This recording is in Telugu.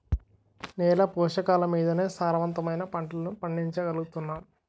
నేల పోషకాలమీదనే సారవంతమైన పంటలను పండించగలుగుతున్నాం